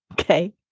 okay